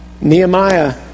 Nehemiah